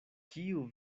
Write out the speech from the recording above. kiu